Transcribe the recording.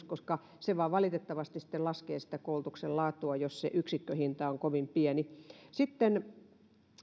koska se vain valitettavasti laskee sitä koulutuksen laatua jos se yksikköhinta on kovin pieni sitten